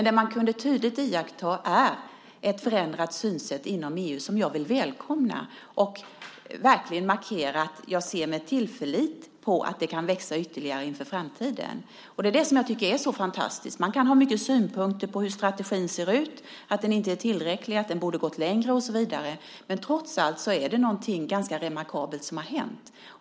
Det man tydligt kan iaktta är ett förändrat synsätt inom EU som jag vill välkomna. Jag vill verkligen markera att jag med tillförsikt ser fram mot att det kan växa ytterligare inför framtiden. Det är det som jag tycker är så fantastiskt. Man kan ha mycket synpunkter på hur strategin ser ut, att den inte är tillräcklig, att den borde ha gått längre och så vidare, men trots allt är det någonting ganska remarkabelt som har hänt.